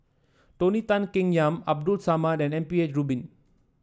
Tony Tan Keng Yam Abdul Samad and M P H Rubin